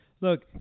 Look